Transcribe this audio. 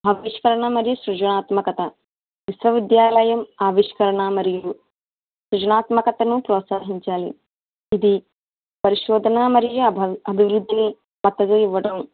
ఆవిష్కరణ మరియు సృజనాత్మకత విశ్వవిద్యాలయం ఆవిష్కరణ మరియు సృజనాత్మకతను ప్రోత్సహించాలి ఇది పరిశోధన మరియు అభ అభివృద్ధిని తప్పక ఇవ్వడం